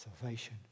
salvation